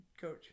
coach